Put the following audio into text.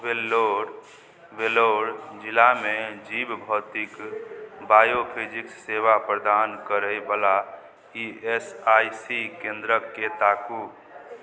वेल्लोर जिलामे जीव भौतिक सेवा प्रदान करैबला ई एस आइ सी केन्द्रकेँ ताकू